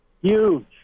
Huge